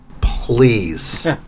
please